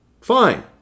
Fine